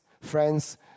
friends